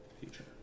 future